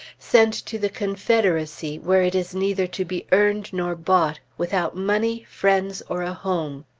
sent to the confederacy, where it is neither to be earned nor bought, without money, friends, or a home.